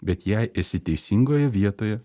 bet jei esi teisingoje vietoje